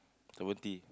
seventy